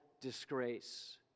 disgrace